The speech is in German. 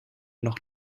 noch